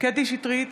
קטי קטרין שטרית,